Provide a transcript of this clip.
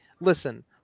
listen